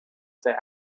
stay